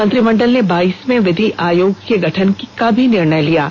मंत्रिमंडल ने बाइसवे विधि आयोग का गठन करने का भी निर्णय लिया है